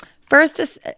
First